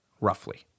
Roughly